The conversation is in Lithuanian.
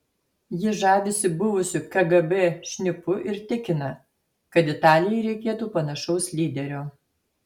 ji žavisi buvusiu kgb šnipu ir tikina kad italijai reikėtų panašaus lyderio